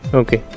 okay